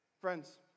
Friends